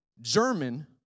German